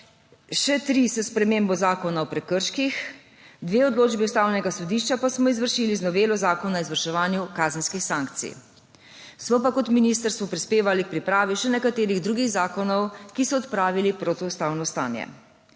še tri s spremembo Zakona o prekrških, dve odločbi Ustavnega sodišča pa smo izvršili z novelo Zakona o izvrševanju kazenskih sankcij. Smo pa kot ministrstvo prispevali k pripravi še nekaterih drugih zakonov, ki so odpravili protiustavno stanje.